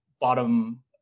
bottom